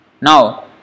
Now